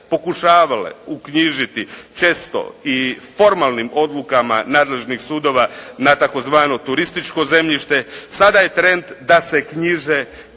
pokušavale uknjižiti, često i formalnim odlukama nadležnih sudova na tzv. turističko zemljište, sada je trend da se knjiže